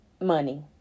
Money